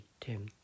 Tim